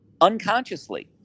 unconsciously